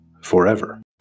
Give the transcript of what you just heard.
forever